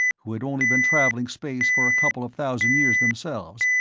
who had only been traveling space for a couple of thousand years themselves,